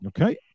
Okay